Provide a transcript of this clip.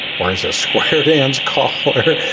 or as a square dance caller,